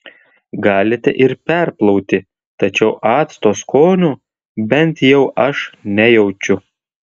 galite ir perplauti tačiau acto skonio bent jau aš nejaučiu